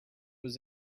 was